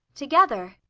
together?